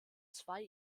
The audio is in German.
zwei